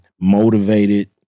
motivated